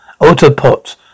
Autopot